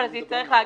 אבל זה יצטרך להגיע,